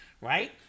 right